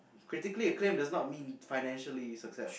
critically acclaimed does not mean financially success